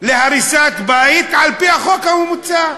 להריסת הבית על-פי החוק המוצע,